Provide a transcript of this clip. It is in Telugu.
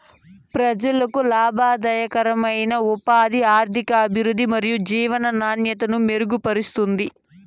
ప్రజలకు లాభదాయకమైన ఉపాధిని, ఆర్థికాభివృద్ధిని మరియు జీవన నాణ్యతను మెరుగుపరుస్తుంది